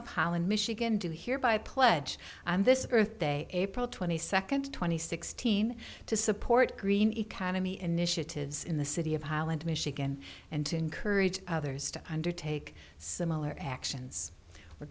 of holland michigan due here by pledge on this earth day april twenty second two thousand and sixteen to support green economy initiatives in the city of holland michigan and to encourage others to undertake similar actions were